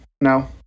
no